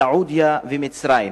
סעודיה ומצרים.